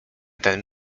ten